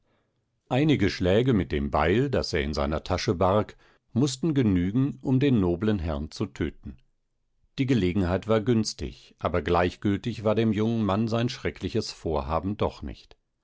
einige schläge mit dem beil das er in seiner tasche barg mußten genügen um den noblen herrn zu töten die gelegenheit war günstig aber gleichgültig war dem jungen mann sein schreckliches vorhaben doch nicht